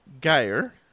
Geyer